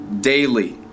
daily